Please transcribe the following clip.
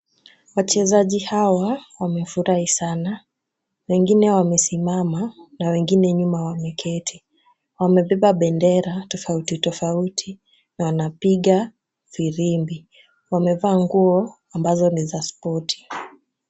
Wachezaji hawa wamefurahi sana. Wengine wamesimama na wengine nyuma wameketi. Wamebeba bendera tofauti tofauti na wanapiga firimbi. Wamevaa nguo ambazo ni za spoti.